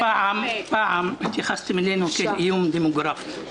פעם התייחסתם אלינו כאל איום דמוגרפי,